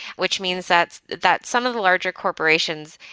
which means that that some of the larger corporations,